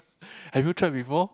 have you tried before